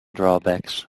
drawbacks